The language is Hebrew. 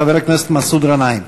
חבר הכנסת מסעוד גנאים.